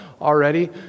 already